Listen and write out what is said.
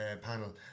panel